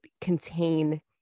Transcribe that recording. contain